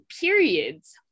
periods